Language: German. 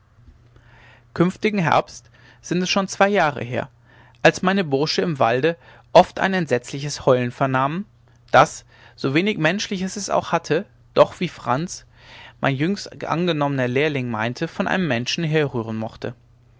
künftigen herbst sind es schon zwei jahre her als meine bursche im walde oft ein entsetzliches heulen vernahmen das sowenig menschliches es auch hatte doch wie franz mein jüngst angenommener lehrling meinte von einem menschen herrühren mochte